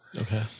Okay